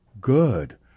good